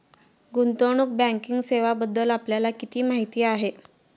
गुंतवणूक बँकिंग सेवांबद्दल आपल्याला किती माहिती आहे?